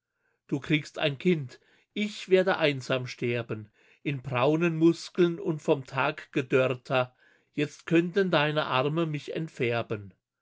du kriegst ein kind ich werde einsam sterben in braunen muskeln und vom tag gedörrter jetzt könnten deine arme mich entfärben